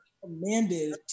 commanded